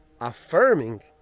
affirming